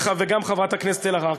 וגם חברת הכנסת אלהרר,